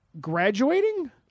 graduating